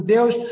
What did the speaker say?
Deus